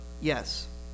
Yes